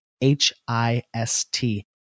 H-I-S-T